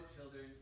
children